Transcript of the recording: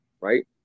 right